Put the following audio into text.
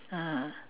(uh huh)